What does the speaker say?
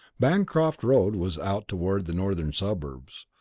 bancroft road was out toward the northern suburbs.